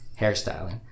hairstyling